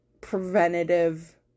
preventative